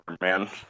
man